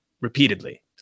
repeatedly